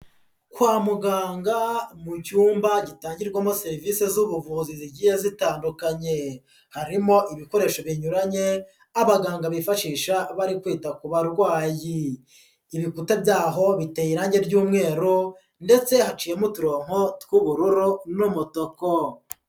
Kwa muganga mu cyumba gitangirwamo serivise z'ubuvuzi zigiye zitandukanye. Harimo ibikoresho binyuranye abaganga bifashisha bari kwita ku barwayi. Ibikuta byaho biteye irange ry'umweru ndetse haciyemo uturonko tw'ubururu n'umutuku.